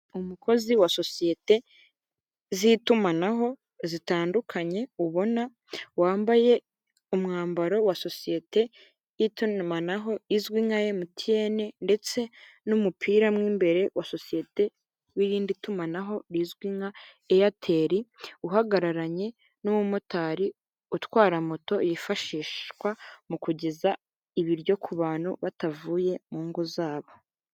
Umukozi wa sosiyete z'itumanaho zitandukanye ubona wambaye umwambaro wa sosiyete y'itumanaho izwi nka emutiyene ndetse n'umupira mu imbere wa sosiyete w'irindi tumanaho rizwi nka eyateri, uhagararanye n'umumotari utwara moto yifashishwa mu kugeza ibiryo ku bantu batavuye mu ngo zabo.